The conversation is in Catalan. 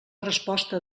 resposta